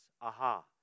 Aha